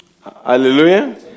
Hallelujah